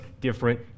different